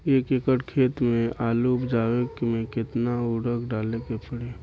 एक एकड़ खेत मे आलू उपजावे मे केतना उर्वरक डाले के पड़ी?